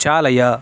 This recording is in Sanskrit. चालय